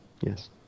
Yes